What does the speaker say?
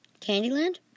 Candyland